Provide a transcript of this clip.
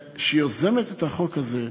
שיוזמת את החוק הזה,